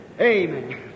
Amen